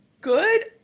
good